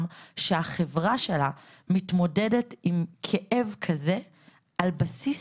שהחברה שלה מתמודדת עם כאב כזה על בסיס,